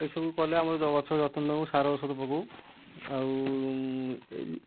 ଏ ସବୁ କଲେ ଆମର ଗଛ ଯତ୍ନ ନେଉ ସାର ଔଷଧ ପକ୍ଆଉ ଆଉ